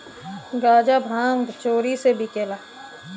गांजा भांग चोरी से बिकेला